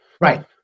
Right